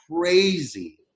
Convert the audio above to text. crazy